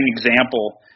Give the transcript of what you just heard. example